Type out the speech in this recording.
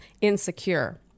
insecure